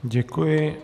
Děkuji.